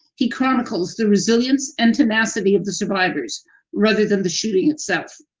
he chronicles the resilience and tenacity of the survivors rather than the shooting itself.